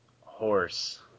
horse